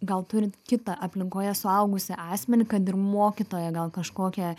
gal turit kitą aplinkoje suaugusį asmenį kad ir mokytoją gal kažkokią